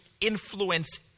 influence